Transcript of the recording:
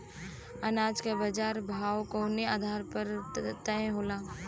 अनाज क बाजार भाव कवने आधार पर तय होला?